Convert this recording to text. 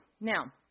now